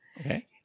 Okay